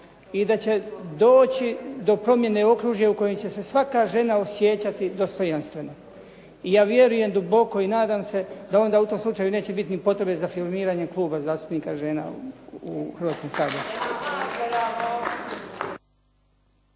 i da će doći do promjene okružja u kojem će se svaka žena osjećati dostojanstveno. I ja vjerujem duboko i nadam se da onda u tom slučaju neće biti ni potrebe za afirmiranje kluba zastupnika žena u Hrvatskom saboru.